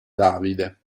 davide